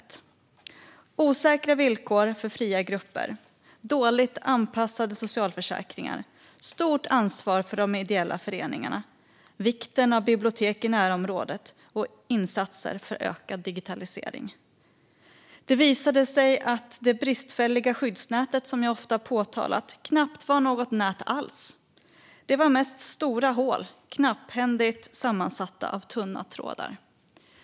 Det handlar om osäkra villkor för fria grupper, dåligt anpassade socialförsäkringar, stort ansvar för de ideella föreningarna, vikten av bibliotek i närområdet och insatser för ökad digitalisering. Det visade sig att det bristfälliga skyddsnät som jag ofta påtalat knappt var något nät alls. Det var mest stora hål, knapphändigt sammansatt av tunna trådar.